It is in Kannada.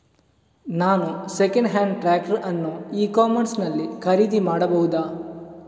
ನಾನು ಸೆಕೆಂಡ್ ಹ್ಯಾಂಡ್ ಟ್ರ್ಯಾಕ್ಟರ್ ಅನ್ನು ಇ ಕಾಮರ್ಸ್ ನಲ್ಲಿ ಖರೀದಿ ಮಾಡಬಹುದಾ?